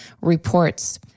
reports